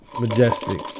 Majestic